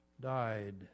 died